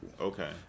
Okay